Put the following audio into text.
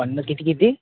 पन्नास किती किती